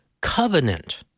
Covenant